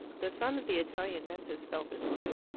the son of the italian dentist felt this too.